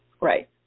right